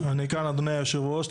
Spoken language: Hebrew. אני כאן אדוני יושב הראש,